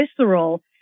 visceral